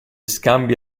scambi